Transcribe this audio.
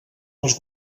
dels